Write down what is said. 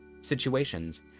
situations